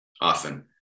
often